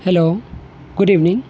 hello good evening